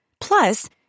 Plus